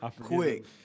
Quick